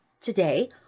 today